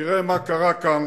תראה מה קרה כאן